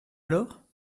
alors